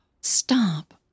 Stop